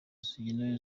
zikenewe